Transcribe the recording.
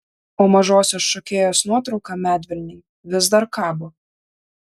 o mažosios šokėjos nuotrauka medvilnėj vis dar kabo